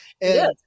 Yes